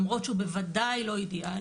למרות שהוא בוודאי לא אידיאלי,